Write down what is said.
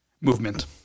movement